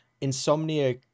insomnia